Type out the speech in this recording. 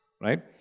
right